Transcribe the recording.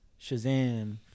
shazam